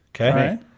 okay